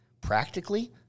practically—